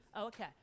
Okay